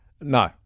No